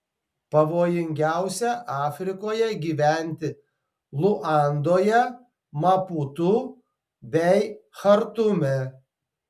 pavojingiausia afrikoje gyventi luandoje maputu bei chartume